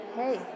hey